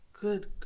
good